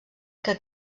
que